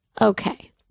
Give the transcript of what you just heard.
Okay